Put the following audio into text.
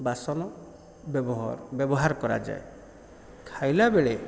ବାସନ ବ୍ୟବହାର କରାଯାଏ ଖାଇଲା ବେଳେ